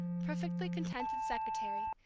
perfectly contented secretary,